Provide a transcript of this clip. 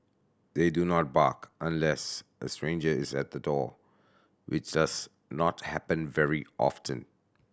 they do not bark unless a stranger is at the door which does not happen very often